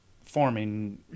forming